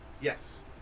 yes